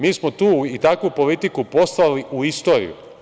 Mi smo tu i takvu politiku poslali u istoriju.